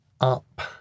up